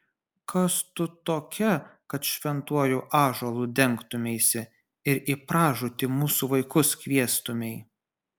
kas tu tokia kad šventuoju ąžuolu dengtumeisi ir į pražūtį mūsų vaikus kviestumei